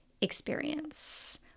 Experience